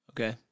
Okay